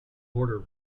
border